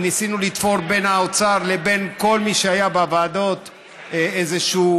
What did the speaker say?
ניסינו לתפור בין האוצר לבין כל מי שהיה בוועדות איזושהי